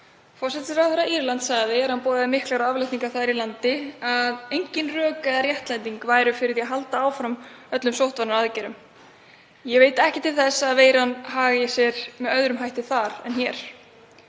Forsætisráðherra Írlands sagði er hann boðaði miklar afleiðingar þar í landi að engin rök eða réttlæting væru fyrir því að halda áfram öllum sóttvarnaaðgerðum. Ég veit ekki til þess að veiran hagi sér með öðrum hætti þar en hér.